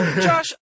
Josh